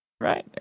right